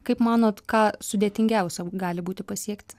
kaip manot ką sudėtingiausia gali būti pasiekti